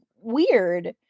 weird